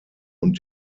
und